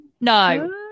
no